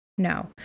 No